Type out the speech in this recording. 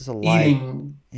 eating